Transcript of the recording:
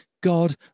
God